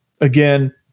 again